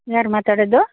ಯಾರು ಮಾತಾಡೋದು